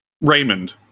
Raymond